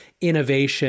innovation